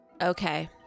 Okay